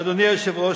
אדוני היושב-ראש,